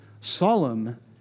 solemn